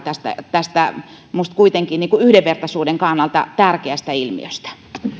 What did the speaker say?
tästä tästä minusta kuitenkin yhdenvertaisuuden kannalta tärkeästä ilmiöstä